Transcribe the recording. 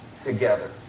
together